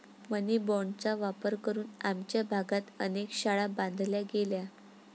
मनी बाँडचा वापर करून आमच्या भागात अनेक शाळा बांधल्या गेल्या